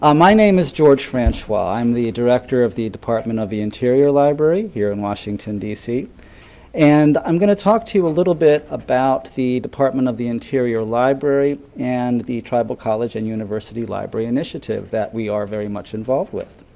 um my name is george franchois. i'm the director of the department of the interior library here in washington dc and i'm going to talk to you a little bit about the department of the interior library and the tribal college and university library initiative that we are very much involved with.